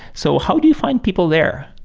so how do you find people there?